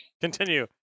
Continue